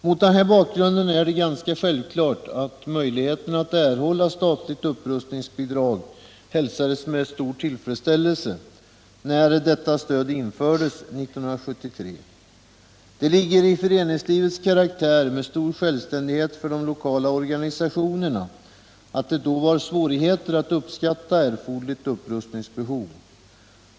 Mot denna bakgrund är det ganska självklart att möjligheterna att erhålla statliga upprustningsbidrag hälsades med stor tillfredsställelse när detta stöd infördes 1973. Det ligger i föreningslivets karaktär, med stor självständighet för de lokala organisationerna, att det då var svårt att uppskatta erforderligt upprustningsbehov.